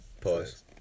Pause